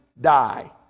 die